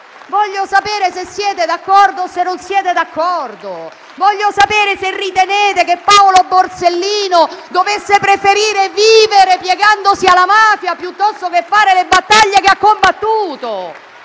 Voglio sapere se siete d'accordo o meno. Voglio sapere se ritenete che Paolo Borsellino dovesse preferire vivere piegandosi alla mafia piuttosto che fare le battaglie che ha combattuto.